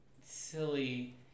silly